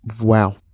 Wow